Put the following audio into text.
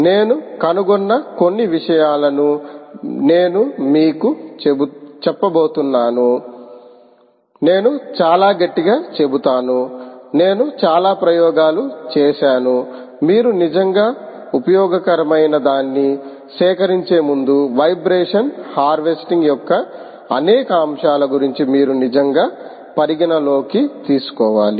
నేను కనుగొన్న కొన్ని విషయాలను నేను మీకు చెప్పబోతున్నాను నేను చాలా గట్టిగా చెబుతాను నేను చాలా ప్రయోగాలు చేసాను మీరు నిజంగా ఉపయోగకరమైనదాన్ని సేకరించే ముందు వైబ్రేషన్ హార్వెస్టింగ్ యొక్క అనేక అంశాల గురించి మీరు నిజంగా పరిగణలోకి తీసుకోవాలి